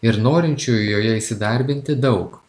ir norinčių joje įsidarbinti daug